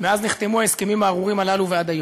מאז נחתמו ההסכמים הארורים הללו ועד היום.